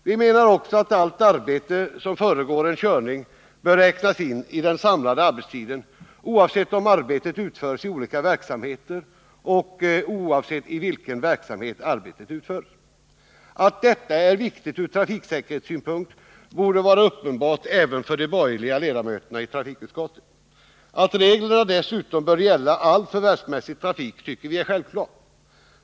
Vi menar också att allt arbete som föregår en körning bör räknas in i den samlade arbetstiden, oavsett om arbetet utförs i olika verksamheter och oavsett i vilken verksamhet arbetet utförs. Att detta är viktigt ur trafiksäkerhetssynpunkt borde vara uppenbart även för de borgerliga ledamöterna i trafikutskottet. Att reglerna dessutom bör gälla all förvärvsmässig trafik tycker vi är självklart.